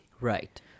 Right